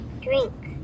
drink